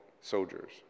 soldiers